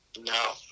no